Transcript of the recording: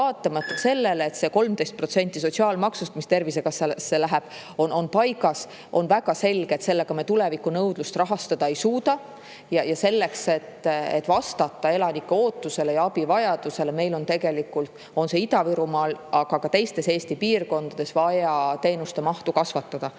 vaatamata sellele, et 13% sotsiaalmaksust, mis Tervisekassasse läheb, on paigas, on väga selge, et sellega me tulevikunõudlust rahastada ei suuda. Selleks, et vastata elanike ootusele ja abivajadusele, on meil tegelikult Ida-Virumaal, aga ka teistes Eesti piirkondades vaja teenuste mahtu kasvatada.